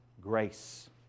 grace